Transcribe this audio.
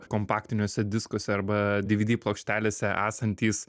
kompaktiniuose diskuose arba dvd plokštelėse esantys